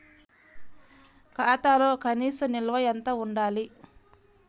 ఖాతాలో కనీస నిల్వ ఎంత ఉండాలి?